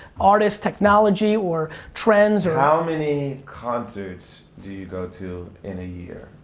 artists, technology or trends or how many concerts do you go to in a year?